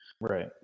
Right